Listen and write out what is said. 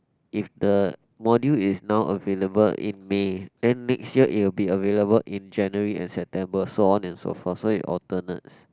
if the module is not available in May then next year it will be available in January and September so on and so forth so it alternates